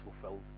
fulfilled